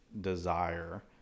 desire